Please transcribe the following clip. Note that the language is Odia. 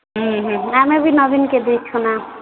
ଉଁ ହୁଁ ଆମେ ବି ନବୀନ୍ କେ ଦେଇଛୁ ନା